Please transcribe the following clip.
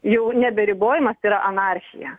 jau neberibojimas tai yra anarchija